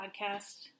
podcast